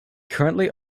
currently